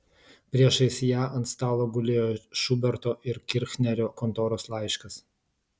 priešais ją ant stalo gulėjo šuberto ir kirchnerio kontoros laiškas